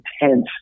intense